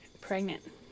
pregnant